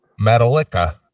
Metallica